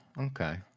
Okay